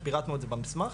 פירטנו את זה במסמך.